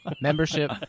Membership